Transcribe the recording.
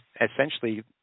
essentially